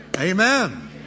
Amen